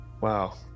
Wow